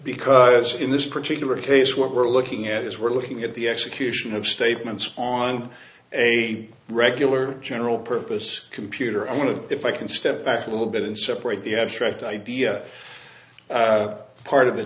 because in this particular case what we're looking at is we're looking at the execution of statements on a regular general purpose computer and if i can step back a little bit and separate the abstract idea part of the